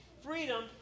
freedom